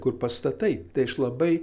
kur pastatai tai aš labai